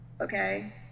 Okay